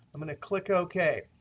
i'm going to click ok.